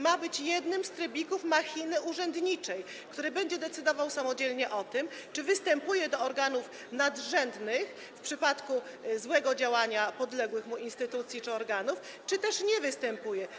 Ma być jednym z trybików machiny urzędniczej, który będzie samodzielnie decydował o tym, czy występuje do organów nadrzędnych w przypadku złego działania podległych mu instytucji czy organów, czy też nie występuje.